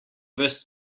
ves